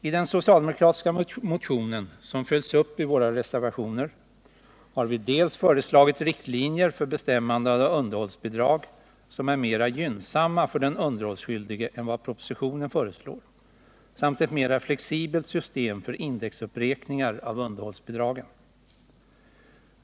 I den socialdemokratiska motionen, som följs upp i våra reservationer, har vi föreslagit dels riktlinjer för bestämmandet av underhållsbidrag som är mer gynnsamma för den underhållsskyldige än vad propositionen föreslår, dels ett mer flexibelt system för indexuppräkningar av underhållsbidragen.